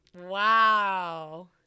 Wow